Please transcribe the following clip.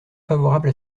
favorable